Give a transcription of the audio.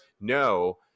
No